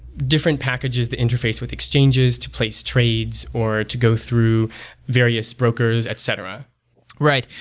different pages that interface with exchanges to place trades or to go through various brokers, et cetera right.